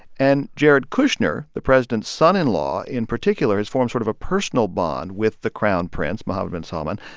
and jared kushner, the president's son-in-law, in particular has formed sort of a personal bond with the crown prince mohammed bin salman.